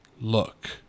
look